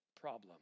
problem